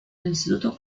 instituto